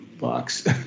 Box